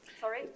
sorry